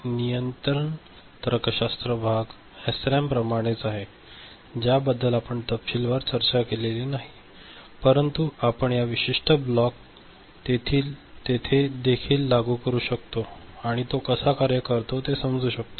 नियंत्रण तर्कशास्त्र भाग एसरॅम प्रमाणेच आहे ज्याबद्दल आपण तपशीलवार चर्चा केली नाही परंतु आपण हा विशिष्ट ब्लॉक तेथे देखील लागू करू शकतो आणि तो कसा कार्य करतो हे समजू शकतो